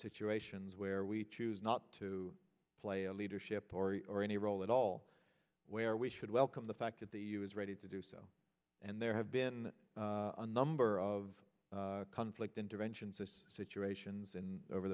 situations where we choose not to play a leadership or any role at all where we should welcome the fact that the us ready to do so and there have been a number of conflict interventions of situations in over